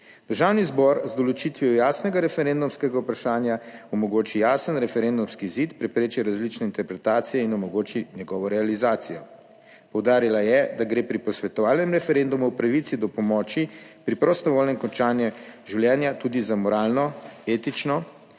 Državni zbor z določitvijo jasnega referendumskega vprašanja omogoči jasen referendumski izid, prepreči različne interpretacije in omogoči njegovo realizacijo. Poudarila je, da gre pri posvetovalnem referendumu o pravici do pomoči pri prostovoljnem končanju življenja tudi za moralno, etično